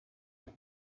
kuri